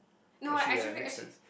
no actually actually